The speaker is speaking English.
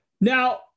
Now